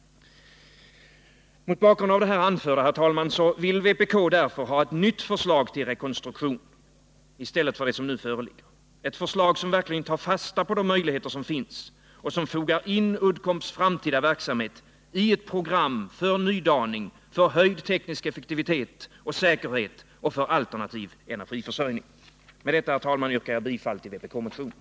Mot bakgrund av det nu anförda, herr talman, vill vpk därför ha ett nytt förslag till rekonstruktion i stället för det som föreligger, ett förslag som verkligen tar fasta på de möjligheter som finns och som fogar in Uddcombs framtida verksamhet i ett program för nydaning, höjd teknisk effektivitet och säkerhet och för alternativ energiförsörjning. Med detta, herr talman, yrkar jag bifall till vpk-motionen.